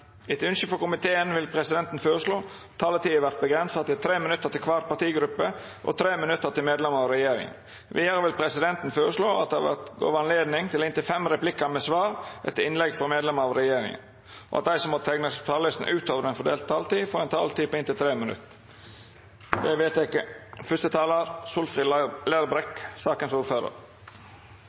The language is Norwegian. Etter ønske fra energi- og miljøkomiteen vil presidenten foreslå at taletiden blir begrenset til 3 minutter til hver partigruppe og 3 minutter til medlemmer av regjeringen. Videre vil presidenten foreslå at det blir gitt anledning til replikkordskifte på inntil fem replikker med svar etter innlegg fra medlemmer av regjeringen, og at de som måtte tegne seg på talerlisten utover den fordelte taletid, får en taletid på inntil 3 minutter. – Det